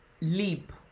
leap